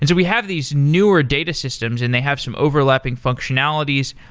and we have these newer data systems and they have some overlapping functionalities.